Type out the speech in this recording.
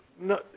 No